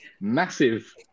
massive